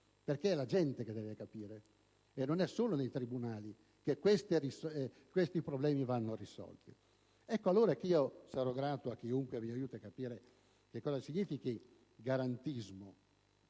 perché è la gente che deve capire e non è solo nei tribunali che questi problemi vanno risolti. Ecco allora che io sarò grato a chiunque mi aiuti a capire che cosa significhi garantismo.